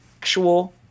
actual